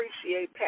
appreciate